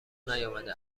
نیامده